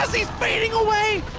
he is fading away.